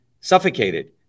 suffocated